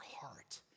heart